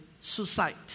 suicide